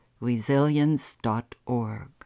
resilience.org